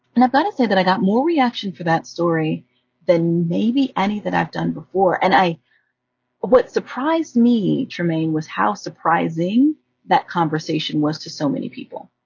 and i've gotta say that i got more reaction for that story than maybe any that i've done before. and what surprised me, trymaine, was how surprising that conversation was to so many people.